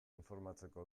informatzeko